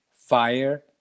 fire